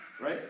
right